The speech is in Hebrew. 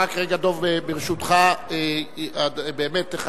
רק רגע, דב, ברשותך, באמת אחד